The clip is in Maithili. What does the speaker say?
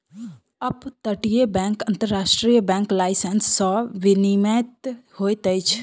अप तटीय बैंक अन्तर्राष्ट्रीय बैंक लाइसेंस सॅ विनियमित होइत अछि